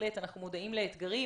בהחלט אנחנו מודעים לאתגרים